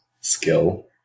skill